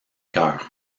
cœur